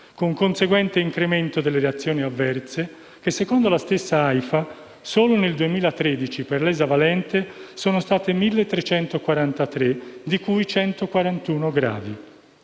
con conseguente incremento delle reazioni avverse che, secondo l'AIFA, solo nel 2013, per l'esavalente sono stati 1.343 di cui 141 gravi.